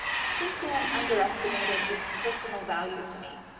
i think dan underestimated it's personal value to me.